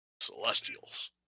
Celestials